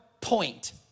point